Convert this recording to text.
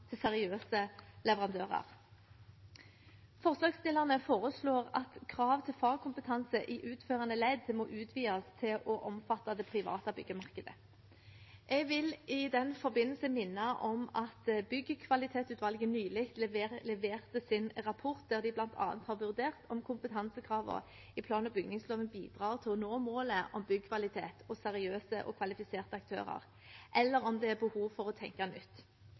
til seriøse leverandører. Forslagstillerne foreslår at krav til fagkompetanse i utførende ledd må utvides til å omfatte det private byggemarkedet. Jeg vil i den forbindelse minne om at Byggkvalitetutvalget nylig leverte sin rapport, der de bl.a. har vurdert om kompetansekravene i plan- og bygningsloven bidrar til å nå målet om byggkvalitet og seriøse og kvalifiserte aktører, eller om det er behov for å tenke nytt.